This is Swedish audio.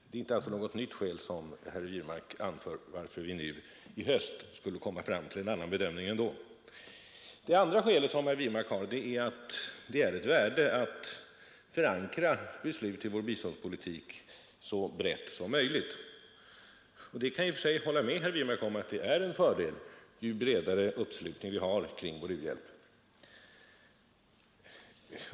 Det är alltså inte ett nytt skäl som herr Wirmark anför till att vi i höst skulle komma fram till en annan bedömning än då. Herr Wirmarks andra skäl är att det är värdefullt att förankra besluten i vår biståndspolitik så brett som möjligt, och jag kan i och för sig hålla med herr Wirmark om att det är en fördel ju bredare uppslutning vi har kring vår u-hjälp.